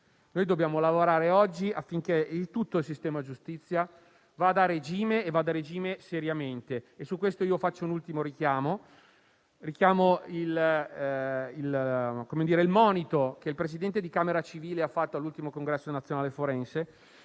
Noi dobbiamo lavorare oggi, affinché tutto il sistema giustizia vada a regime e vada a regime seriamente. Su questo faccio un ultimo richiamo, ricordando il monito che il presidente dell'Unione camere civili ha fatto all'ultimo Congresso nazionale forense,